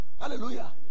Hallelujah